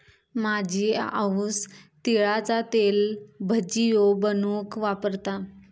माझी आऊस तिळाचा तेल भजियो बनवूक वापरता